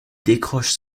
décroche